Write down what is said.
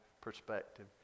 perspective